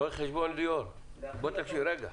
רואה חשבון ליאור, תקשיב רגע.